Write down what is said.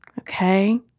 Okay